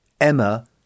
Emma